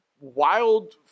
wild